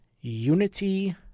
unity